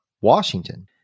Washington